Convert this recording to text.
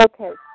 Okay